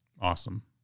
Awesome